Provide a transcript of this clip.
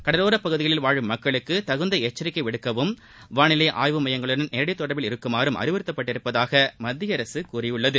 கடலோரப் பகுதிகளில் வாழும் மக்களுக்கு தகுந்த எச்சரிக்கை விடுக்கவும் வானிலை ஆய்வு மையங்களுடன் நேரடி தொடர்பில் இருக்குமாறும் அறிவுறுத்தப்பட்டுள்ளதாக மத்திய அரசு கூறியுள்ளது